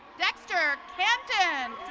dexter hampton.